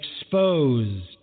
exposed